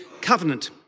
covenant